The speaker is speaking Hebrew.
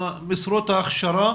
במשרות ההכשרה